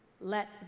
Let